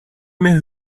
mehr